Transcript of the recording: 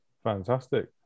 Fantastic